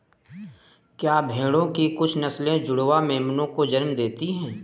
क्या भेड़ों की कुछ नस्लें जुड़वा मेमनों को जन्म देती हैं?